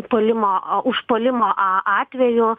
puolimo užpuolimo a atveju